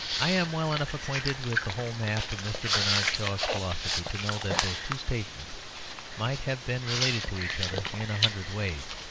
i am well enough acquainted with the whole map of mr. bernard shaw's philosophy to know that those two statements might have been related to each other in a hundred ways.